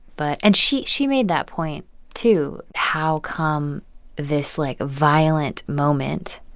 but and she she made that point too. how come this, like, violent moment